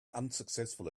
unsuccessful